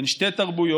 בין שתי תרבויות,